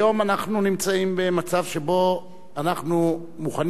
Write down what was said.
היום אנחנו נמצאים במצב שבו אנחנו מוכנים